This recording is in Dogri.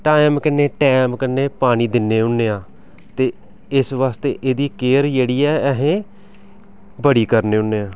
टैम कन्नै टैम कन्नै पानी दिन्ने होन्ने आं ते इस बास्तै एह्दी केयर जेह्ड़ी ऐ असें बड़ी करने होन्ने आं